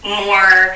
more